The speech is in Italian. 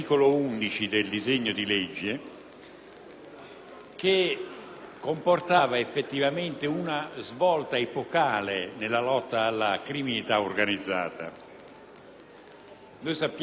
che comportava effettivamente una svolta epocale nella lotta alla criminalità organizzata. Sappiamo che è sempre più difficile